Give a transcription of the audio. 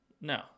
No